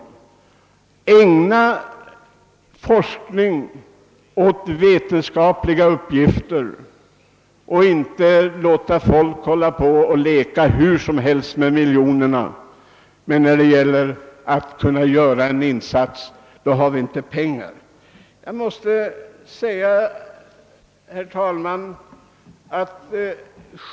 Forskarna kan då ägna sig åt vetenskapligt arbete i stället för att hålla på att leka hur som helst med miljonerna, medan det inte finns pengar till insatser som behöver göras.